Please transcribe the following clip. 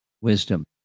wisdom